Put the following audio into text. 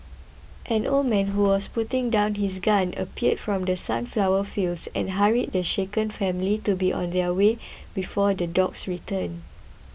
an old man who was putting down his gun appeared from the sunflower fields and hurried the shaken family to be on their way before the dogs return